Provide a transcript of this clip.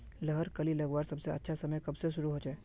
लहर कली लगवार सबसे अच्छा समय कब से शुरू होचए?